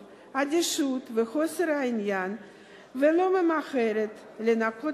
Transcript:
אדישות וחוסר עניין ולא ממהרת לנקוט